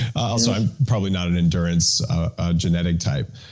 also, i'm probably not an endurance ah genetic type.